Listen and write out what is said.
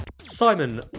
Simon